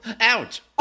Ouch